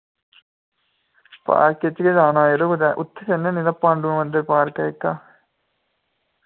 park च गै जाना यरो नेईं तां उत्थें जन्ने आं यरो पांडु मंदर पार्क जेह्का